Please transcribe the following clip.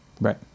Right